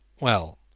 Well